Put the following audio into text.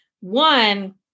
One